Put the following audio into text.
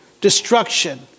destruction